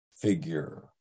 figure